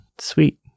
sweet